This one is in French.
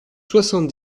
soixante